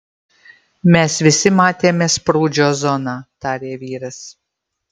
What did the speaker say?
mes visi matėme sprūdžio zoną tarė vyras